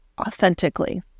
authentically